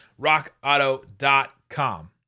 rockauto.com